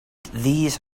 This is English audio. these